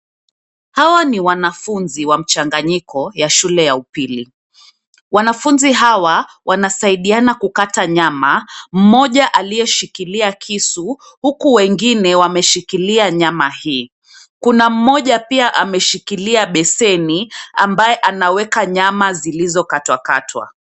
Hawa ni wanafunzi wa mchanganyiko ya shule ya upili. Wanafunzi hawa wanasaidiana kukata nyama, mmoja aliyeshikilia kisu huku wengine wameshikilia nyama hii. Kuna mmoja pia ameshikilia beseni ambayo anaweka nyama zilizokatwakatwa.